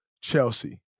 Chelsea